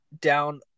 down